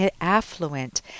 affluent